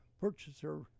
purchaser